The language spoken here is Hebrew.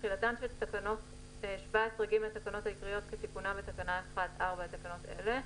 תחילתן של תקנות 17(ג) לתקנות העיקריות כתיקונה בתקנה 1(4) לתקנות אלה,